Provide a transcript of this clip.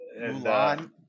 Mulan